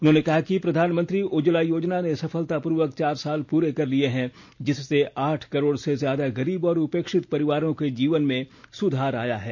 उन्होंने कहा कि प्रधानमंत्री उज्जवला योजना ने सफलतापूर्वक चार साल पूरे कर लिए हैं जिससे आठ करोड़ से ज्यादा गरीब और उपेक्षित परिवारों के जीवन में सुधार आया है